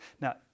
Now